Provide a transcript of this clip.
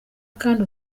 kandi